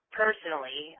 personally